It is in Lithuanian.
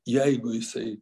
jeigu jisai